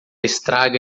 estraga